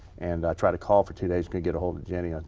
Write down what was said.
and i tried to call for two days. couldn't get ahold of jenny. ah